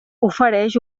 ofereix